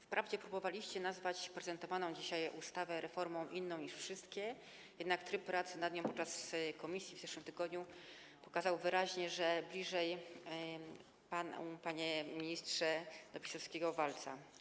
Wprawdzie próbowaliście nazwać prezentowaną dzisiaj ustawę reformą inną niż wszystkie, jednak tryb pracy nad nią w komisji w zeszłym tygodniu pokazał wyraźnie, że bliżej panu, panie ministrze, do PiS-owskiego walca.